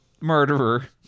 murderer